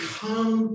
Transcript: come